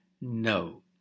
No